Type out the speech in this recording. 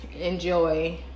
enjoy